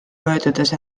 möödudes